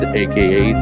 aka